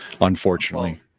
unfortunately